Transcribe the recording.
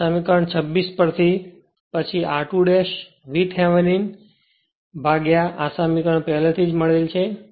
અને સમીકરણ 26 પરથી પછી I2 VThevenin ભાગ્યા આ સમીકરણ પહેલેથી જ મળેલ છે